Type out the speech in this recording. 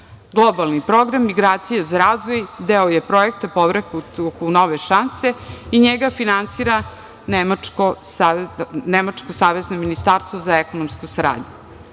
Globalni program migracije za razvoj deo je Projekta „Povratak u nove šanse“ i njega finansira Nemačko savezno ministarstvo za ekonomsku